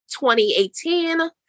2018